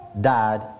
died